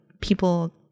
people